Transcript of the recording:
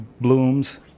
blooms